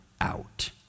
out